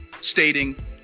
stating